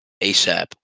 ASAP